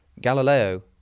Galileo